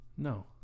No